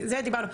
זה דיברנו.